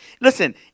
listen